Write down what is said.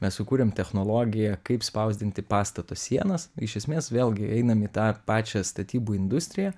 mes sukūrėm technologiją kaip spausdinti pastato sienas iš esmės vėlgi einam į tą pačią statybų industriją